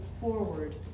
forward